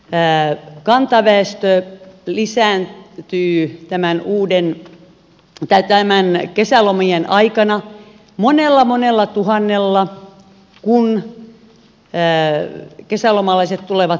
pää ja kantaväestöön lisää kiittämään uuden kantaväestö lisääntyy kesälomien aikana monella monella tuhannella kun kesälomalaiset tulevat mökeilleen